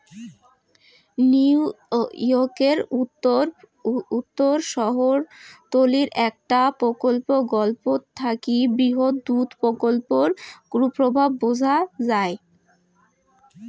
নিউইয়র্কের উত্তর শহরতলীর একটা প্রকল্পর গল্প থাকি বৃহৎ দুধ প্রকল্পর কুপ্রভাব বুঝা যাই